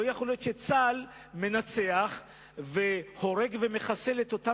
לא יכול להיות שצה"ל מנצח והורג ומחסל את אותם